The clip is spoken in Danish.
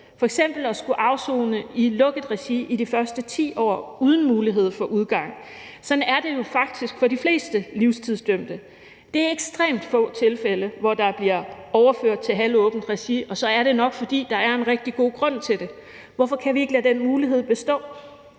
f.eks. at skulle afsone i et lukket regi i de første 10 år uden mulighed for udgang. Sådan er det jo faktisk for de fleste livstidsdømte. Det er i ekstremt få tilfælde, hvor der bliver overført til halvåbent regi, og så er det nok, fordi der er en rigtig god grund til det. Hvorfor kan vi ikke lade den mulighed bestå?